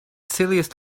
silliest